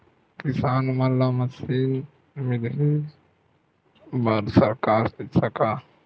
किसान मन ला मशीन मिलही बर सरकार पईसा का?